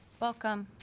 welcome